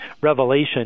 Revelation